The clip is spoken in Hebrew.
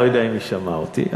אני לא יודע אם היא שמעה אותי,